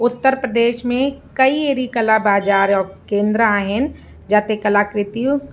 उत्तर प्रदेश में कई अहिड़ी कला बाज़ारि और केंद्र आहिनि जाते कलाकृतियूं